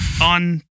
on